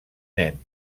nen